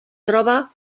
troba